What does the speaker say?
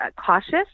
cautious